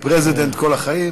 president כל החיים.